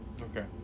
Okay